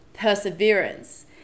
perseverance